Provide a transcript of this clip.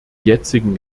jetzigen